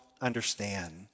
understand